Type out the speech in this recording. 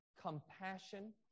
compassion